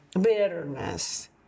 bitterness